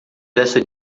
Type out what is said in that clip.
desta